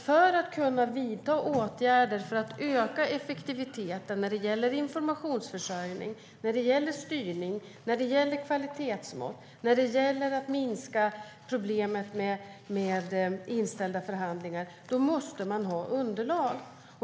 För att kunna vidta åtgärder för att öka effektiviteten när det gäller informationsförsörjning, styrning, kvalitetsmått och att minska problemet med inställda förhandlingar måste man ha underlag.